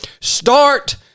start